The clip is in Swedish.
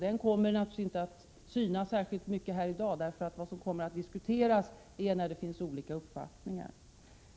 Den kommer självfallet inte att märkas särskilt mycket i dag, för det som kommer att diskuteras är de frågor där vi har olika uppfattningar.